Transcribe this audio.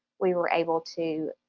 we were able to